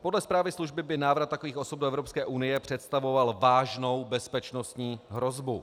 Podle zprávy služby by návrat takových osob do Evropské unie představoval vážnou bezpečnostní hrozbu.